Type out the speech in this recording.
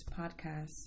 podcast